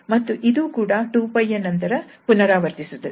ಮತ್ತು ಇದು ಕೂಡ 2𝜋 ಯ ನಂತರ ಪುನರಾವರ್ತಿಸುತ್ತದೆ